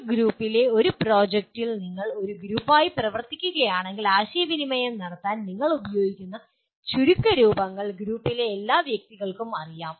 ഒരു ഗ്രൂപ്പിലെ ഒരു പ്രോജക്റ്റിൽ നിങ്ങൾ ഒരു ഗ്രൂപ്പായി പ്രവർത്തിക്കുകയാണെങ്കിൽ ആശയവിനിമയം നടത്താൻ നിങ്ങൾ ഉപയോഗിക്കുന്ന ചുരുക്കരൂപങ്ങൾ ഗ്രൂപ്പിലെ എല്ലാ വ്യക്തികൾക്കും അറിയാം